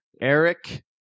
Eric